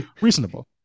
Reasonable